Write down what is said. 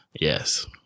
Yes